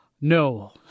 No